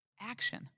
action